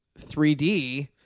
3D